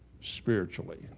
spiritually